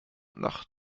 nach